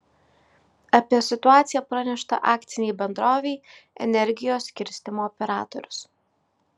apie situaciją pranešta akcinei bendrovei energijos skirstymo operatorius